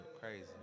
Crazy